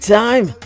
time